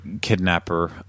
kidnapper